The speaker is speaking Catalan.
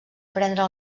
prendre